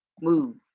move